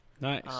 Nice